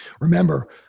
Remember